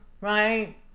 right